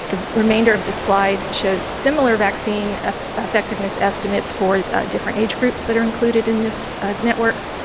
the remainder of the slide shows similar vaccine effectiveness estimates for different age groups that are included in this network.